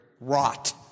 rot